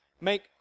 make